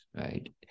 right